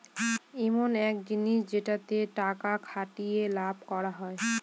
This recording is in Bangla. ইমন এক জিনিস যেটাতে টাকা খাটিয়ে লাভ করা হয়